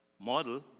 model